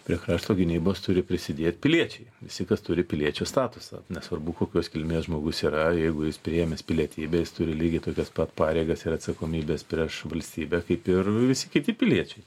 prie krašto gynybos turi prisidėt piliečiai visi kas turi piliečio statusą nesvarbu kokios kilmės žmogus yra jeigu jis priėmęs pilietybę jis turi lygiai tokias pat pareigas ir atsakomybes prieš valstybę kaip ir visi kiti piliečiai